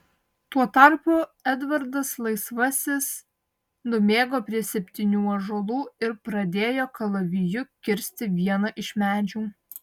tuo tarpu edvardas laisvasis nubėgo prie septynių ąžuolų ir pradėjo kalaviju kirsti vieną iš medžių